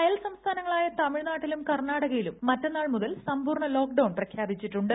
അയൽ സംസ്ഥാനങ്ങളായ തമിഴ്നാട്ടിലും കർണാടകയിലും മറ്റന്നാൾ മുതൽ സമ്പൂർണ ലോക്ക്ഡൌൺ പ്രഖ്യാപിച്ചിട്ടുണ്ട്